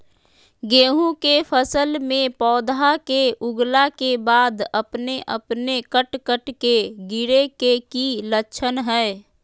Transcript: गेहूं के फसल में पौधा के उगला के बाद अपने अपने कट कट के गिरे के की लक्षण हय?